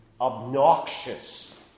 obnoxious